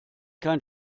kein